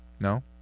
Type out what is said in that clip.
no